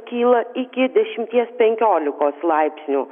kyla iki dešimties penkiolikos laipsnių